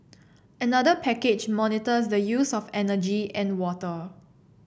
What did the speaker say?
another package monitors the use of energy and water